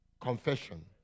Confession